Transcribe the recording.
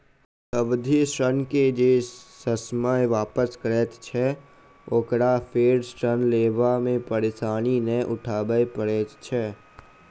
सावधि ऋण के जे ससमय वापस करैत छै, ओकरा फेर ऋण लेबा मे परेशानी नै उठाबय पड़ैत छै